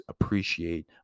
appreciate